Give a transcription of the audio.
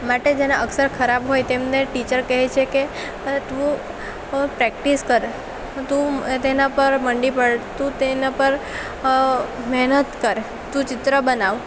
માટે જેનાં અક્ષર ખરાબ હોય તેમને ટીચર કહે છે કે અરે તું પ્રેક્ટિસ કર તું તેના પર મંડી પડ તું તેના પર મહેનત કર તું ચિત્ર બનાવ